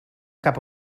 cap